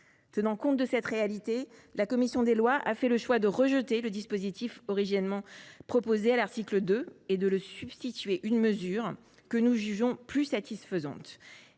Tenant compte de cette réalité, la commission des lois a choisi de rejeter la disposition proposée à l’article 2 et de lui substituer une mesure que nous jugeons plus satisfaisante